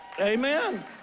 amen